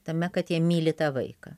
tame kad jie myli tą vaiką